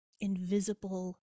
invisible